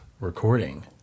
recording